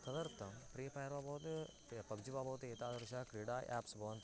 तदर्थं प्रीपैर् वा भवतु ते पब्जि वा भवतु एतादृशः क्रीडा एप्स् भवन्ति